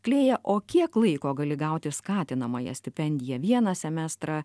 klėja o kiek laiko gali gauti skatinamąją stipendiją vieną semestrą